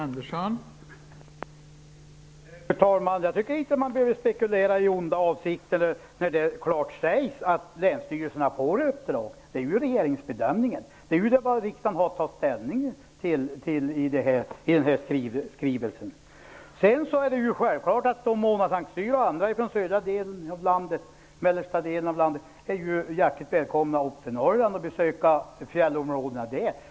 Fru talman! Jag tycker inte att man behöver spekulera i onda avsikter, eftersom det klart sägs att länsstyrelserna får uppdraget. Det är ju regeringens bedömning och vad riksdagen har att ta ställning till i denna skrivelse. Det är självklart att Mona Saint Cyr och andra ifrån södra och mellersta delen av landet är hjärtligt välkomna upp till Norrand och besöka fjällområdena där.